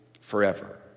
forever